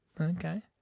Okay